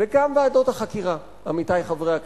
וגם ועדות החקירה, עמיתי חברי הכנסת,